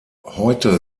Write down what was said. heute